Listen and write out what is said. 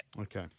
Okay